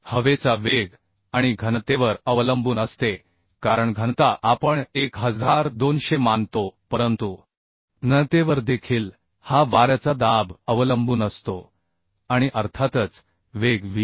हवेचा वेग आणि घनतेवर अवलंबून असते कारण घनता आपण 1200 मानतो परंतु घनतेवर देखील हा वाऱ्याचा दाब अवलंबून असतो आणि अर्थातच वेग Vb